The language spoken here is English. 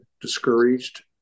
discouraged